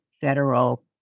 federal